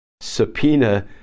subpoena